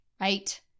Right